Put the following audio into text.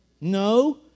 No